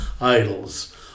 idols